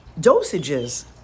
dosages